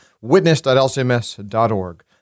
witness.lcms.org